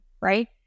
right